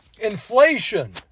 Inflation